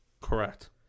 Correct